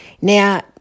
Now